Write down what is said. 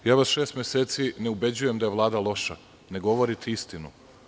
Ja vas šest meseci ne ubeđujem da je Vlada loša, ne govorite istinu.